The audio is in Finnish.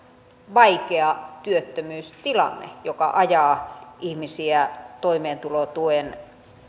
vaikea työttömyystilanne joka ajaa ihmisiä toimeentulotuen